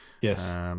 Yes